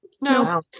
No